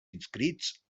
inscrits